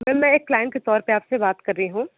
ma'am मैं एक client के तौर पर आप से बात कर रही हूँ